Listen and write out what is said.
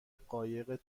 قایق